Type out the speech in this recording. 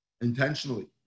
intentionally